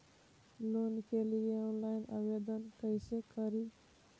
Loan के लिये online आवेदन कैसे करि?